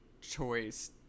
choice